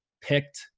picked